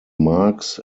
marks